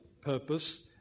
purpose